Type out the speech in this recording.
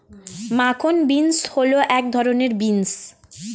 মাখন বিন্স হল এক ধরনের বিন্স